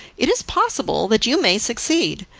it is possible that you may succeed,